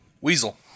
Weasel